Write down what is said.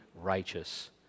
righteous